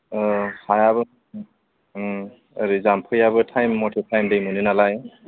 औ हायाबो ओरै जाम्फैयाबो टाइम मथे टाइम दै मोनो नालाय